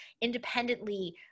independently